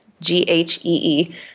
G-H-E-E